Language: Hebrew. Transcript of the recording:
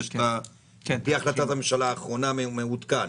על פי החלטת הממשלה האחרונה, מעודכן.